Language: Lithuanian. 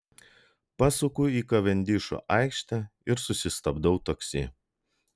pasuku į kavendišo aikštę ir susistabdau taksi